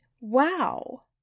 Wow